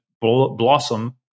blossom